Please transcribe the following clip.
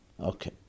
Okay